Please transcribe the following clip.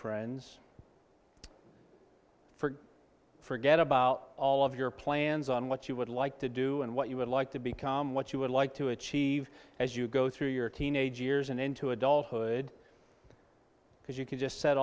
friends for forget about all of your plans on what you would like to do and what you would like to become what you would like to achieve as you go through your teenage years and into adulthood because you can just set